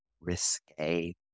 risque